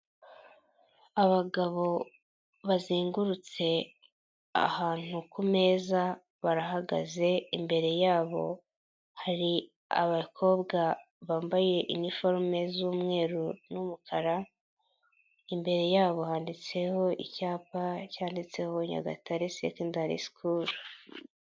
Abagabo bazengurutse ahantu ku meza barahagaze imbere yabo hari abakobwa bambaye iniforume z'umweru n'umukara imbere yabo handitseho icyapa cyanditseho Nyagatare secondary school.